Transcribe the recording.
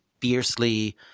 fiercely